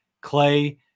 Clay